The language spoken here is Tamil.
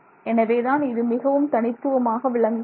எனவேதான் இது மிகவும் தனித்துவமாக விளங்குகிறது